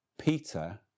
Peter